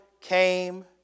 came